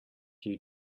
you